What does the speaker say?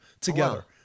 together